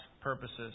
purposes